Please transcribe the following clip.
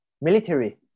military